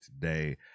today